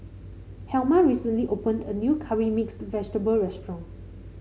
helma recently opened a new Curry Mixed Vegetable restaurant